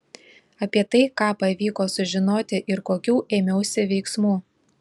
apie tai ką pavyko sužinoti ir kokių ėmiausi veiksmų